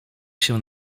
się